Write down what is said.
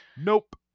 nope